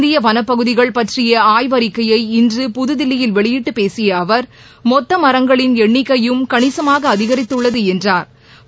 இந்திய வளப்பகுதிகள் பற்றிய ஆய்வறிக்கையை இன்று புதுதில்லியில் வெளியிட்டு பேசிய அவர் மொத்த மரங்களின் எண்ணிக்கையும் கணிசமாக அதிகரித்துள்ளது என்றாா்